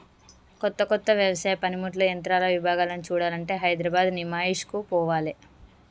కొత్త కొత్త వ్యవసాయ పనిముట్లు యంత్రాల విభాగాలను చూడాలంటే హైదరాబాద్ నిమాయిష్ కు పోవాలే